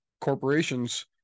corporations